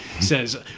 says